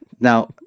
Now